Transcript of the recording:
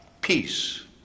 peace